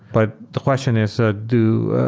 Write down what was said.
but the question is ah do